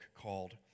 called